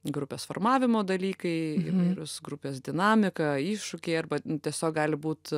grupės formavimo dalykai įvairūs grupės dinamika iššūkiai arba tiesiog gali būt